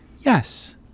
Yes